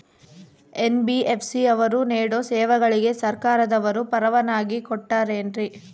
NBFC ಅವರು ನೇಡೋ ಸೇವೆಗಳಿಗೆ ಸರ್ಕಾರದವರು ಪರವಾನಗಿ ಕೊಟ್ಟಾರೇನ್ರಿ?